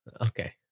Okay